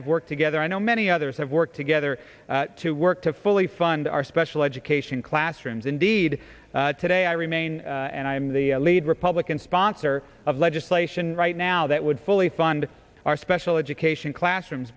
have worked together i know many others have worked together to work to fully fund our special education classrooms indeed today i remain and i am the lead republican sponsor of legislation right now that would fully fund our special education classrooms